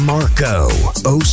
Marco